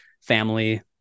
family